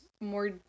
more